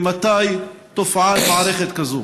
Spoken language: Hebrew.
2. מתי תופעל מערכת כזאת?